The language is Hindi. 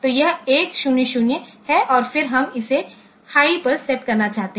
तो यह 1 0 0 है और फिर हम इसे हाई पर सेट करना चाहते हैं